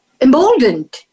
emboldened